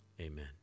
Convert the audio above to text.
amen